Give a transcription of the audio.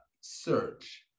search